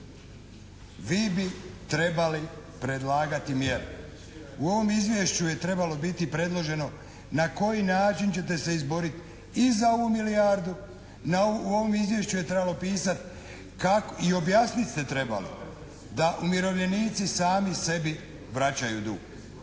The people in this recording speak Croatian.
Vi bi trebali predlagati mjere. U ovom izvješću je trebalo biti predloženo na koji način ćete se izborit i za ovu milijardu. U ovom izvješću je trebalo pisat i objasnit ste trebali da umirovljenici sami sebi vraćaju dug.